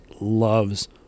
loves